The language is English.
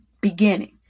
beginning